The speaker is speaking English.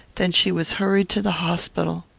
than she was hurried to the hospital.